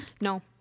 no